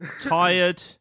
tired